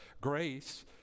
Grace